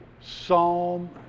Psalm